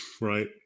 right